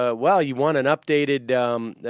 ah well you won an updated um.